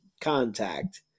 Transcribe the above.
contact